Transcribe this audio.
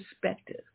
perspective